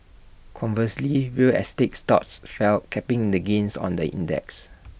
conversely real estate stocks fell capping the gains on the index